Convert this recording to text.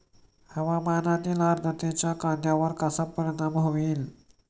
हवामानातील आर्द्रतेचा कांद्यावर कसा परिणाम होईल?